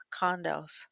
condos